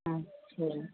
अच्छा